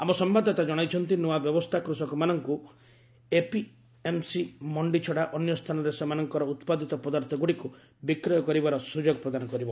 ଆମ ସମ୍ଭାଦଦାତା ଜଣାଇଛନ୍ତି ନୂଆ ବ୍ୟବସ୍ଥା କୃଷକମାନଙ୍କୁ ଏପିଏମ୍ସି ମଣ୍ଡି ଛଡ଼ା ଅନ୍ୟ ସ୍ଥାନରେ ସେମାନଙ୍କର ଉତ୍ପାଦିତ ପଦାର୍ଥଗୁଡ଼ିକୁ ବିକ୍ରୟ କରିବାର ସୁଯୋଗ ପ୍ରଦାନ କରିବ